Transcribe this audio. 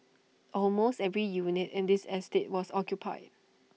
almost every unit in this estate was occupied